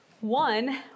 One